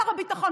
שר הביטחון,